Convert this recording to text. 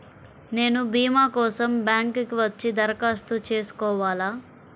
నేను భీమా కోసం బ్యాంక్కి వచ్చి దరఖాస్తు చేసుకోవాలా?